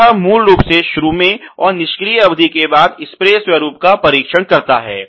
तो यह मूल रूप से शुरू में और निष्क्रिय अवधि के बाद स्प्रे स्वरूप का परीक्षण करता है